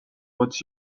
what